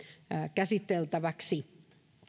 käsiteltäväksi